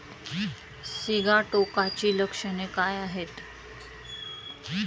सिगाटोकाची लक्षणे काय आहेत?